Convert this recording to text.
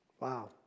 Wow